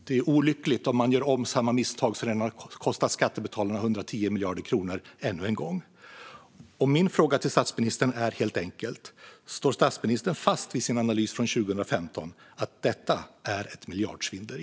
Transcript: Det är olyckligt om man gör om samma misstag ännu en gång som redan har kostat skattebetalarna 110 miljarder kronor. Min fråga till statsministern är helt enkelt: Står statsministern fast vid sin analys från 2015 - att detta är ett miljardsvindleri?